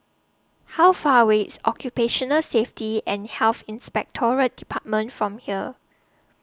How Far away IS Occupational Safety and Health Inspectorate department from here